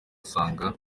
usanga